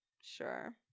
Sure